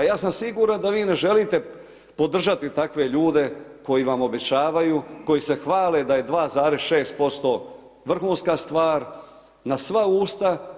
Ja sam siguran da vi ne želite podržati takve ljude, koji vam obećavaju, koji se hvale da je 2,6% vrhunska stvar, na sva usta.